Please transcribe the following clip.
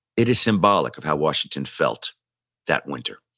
it is symbolic of how washington felt that winter.